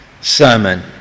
sermon